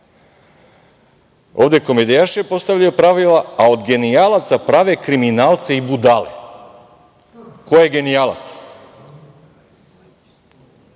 ovde komedijaši postavljaju pravila, a od genijalaca prave kriminalce i budale. Ko je genijalac?